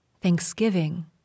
thanksgiving